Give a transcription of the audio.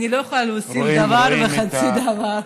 אני לא יכולה להוסיף דבר וחצי דבר.